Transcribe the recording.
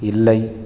இல்லை